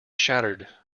shattered